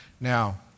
Now